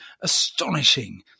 astonishing